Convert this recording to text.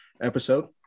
episode